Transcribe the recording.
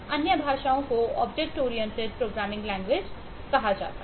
अन्य भाषाओं को ऑब्जेक्ट ओरिएंटेड प्रोग्रामिंग लैंग्वेज कहा जाता है